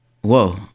whoa